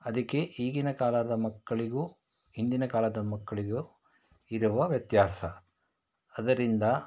ಅದಕ್ಕೆ ಈಗಿನ ಕಾಲದ ಮಕ್ಕಳಿಗೂ ಹಿಂದಿನ ಕಾಲದ ಮಕ್ಕಳಿಗೂ ಇರುವ ವ್ಯತ್ಯಾಸ ಅದರಿಂದ